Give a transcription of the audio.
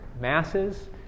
masses